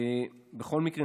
בכל מקרה,